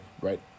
right